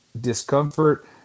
discomfort